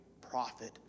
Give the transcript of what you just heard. prophet